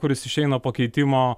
kuris išeina po keitimo